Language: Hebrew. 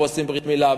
ועושים ברית מילה,